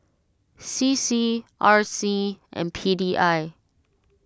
C C R C and P D I